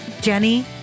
Jenny